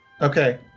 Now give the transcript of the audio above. Okay